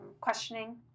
questioning